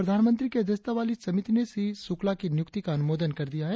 प्रधानमंत्री की अध्यक्षता वाली समिति ने श्री शुक्ला की नियुक्ति का अनुमोदन कर दिया है